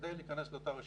כדי להיכנס לאותה רשימה.